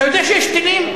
אתה יודע שיש טילים?